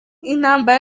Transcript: intambara